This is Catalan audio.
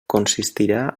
consistirà